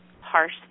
harsh